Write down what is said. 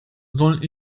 soll